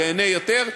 ייהנה יותר,